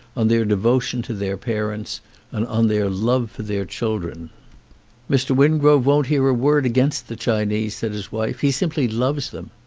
on their devotion to their parents and on their love for their children mr. wingrove won't hear a word against the chinese, said his wife, he simply loves them.